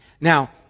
Now